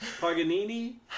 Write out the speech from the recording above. paganini